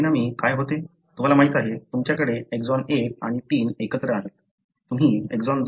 तुम्हाला माहिती आहे तुमच्याकडे एक्सॉन 1 आणि 3 एकत्र आहेत तुम्ही एक्सॉन 2 गमावला आहे